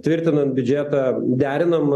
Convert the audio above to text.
tvirtinant biudžetą derinam